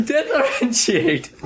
Differentiate